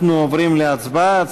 אנחנו עוברים להצבעה.